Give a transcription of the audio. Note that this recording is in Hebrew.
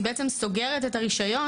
היא בעצם סוגרת את הרישיון,